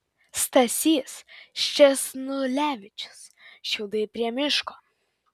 stasys sčesnulevičius šiaudai prie miško